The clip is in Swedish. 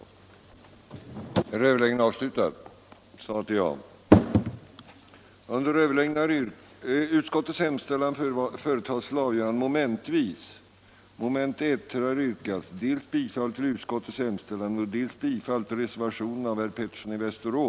miskt förtal